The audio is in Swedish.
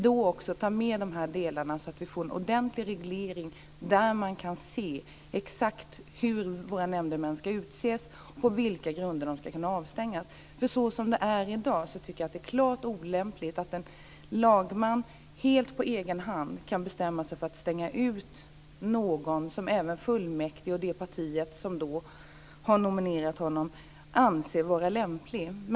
Då ska vi ta med dessa frågor, så att det kan bli en ordentlig reglering där det framgår exakt hur nämndemännen ska utses och på vilka grunder de ska kunna avstängas. Det är klart olämpligt att en lagman helt på egen hand kan bestämma sig för att utestänga någon som även fullmäktige och det nominerande partiet anser vara lämplig.